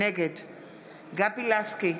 נגד גבי לסקי,